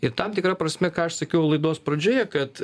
ir tam tikra prasme ką aš sakiau laidos pradžioje kad